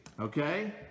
okay